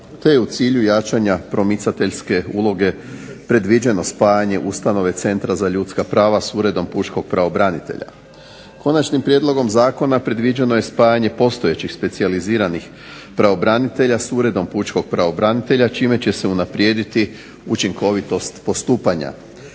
te u cilju jačanja promicateljske uloge predviđeno spajanje ustanove Centra za ljudska prava s Uredom pučkog pravobranitelja. Konačnim prijedlogom zakona predviđeno je spajanje postojećih specijaliziranih pravobranitelja s uredom Pučkog pravobranitelja čime će se unaprijediti učinkovitost postupanja.